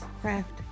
craft